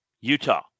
Utah